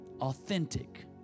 authentic